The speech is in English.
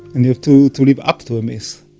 and you have to to live up to a myth.